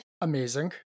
amazing